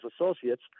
associates